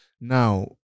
Now